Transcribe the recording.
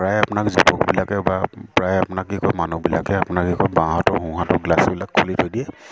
প্ৰায় আপোনাক জিপকবিলাকে বা প্ৰায় আপোনাক কি কয় মানুহবিলাকে আপোনাক কি কয় বাঁওহাতৰ সোহাঁতৰ গ্লাছবিলাক খুলি থৈ দিয়ে